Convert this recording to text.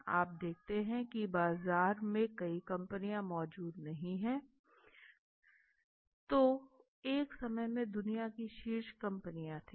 आप देखते हैं कि बाजार में कई कंपनियां मौजूद नहीं हैं जो एक समय में दुनिया की शीर्ष कंपनियां थीं